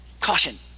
caution